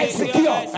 secure